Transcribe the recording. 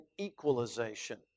equalization